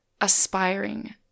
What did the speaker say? aspiring